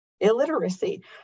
illiteracy